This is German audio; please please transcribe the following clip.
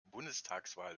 bundestagswahl